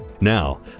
Now